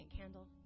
candle